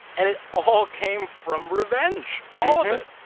and it all came from revenge all of it.